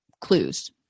clues